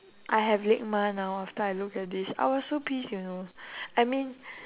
I have LIGMA now after I look at this I was so pissed you know I mean